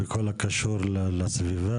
בכל הקשור לסביבה,